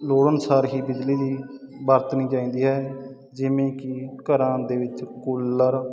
ਲੋੜ ਅਨੁਸਾਰ ਹੀ ਬਿਜਲੀ ਦੀ ਵਰਤਣੀ ਚਾਹੀਦੀ ਹੈ ਜਿਵੇਂ ਕਿ ਘਰਾਂ ਦੇ ਵਿੱਚ ਕੂਲਰ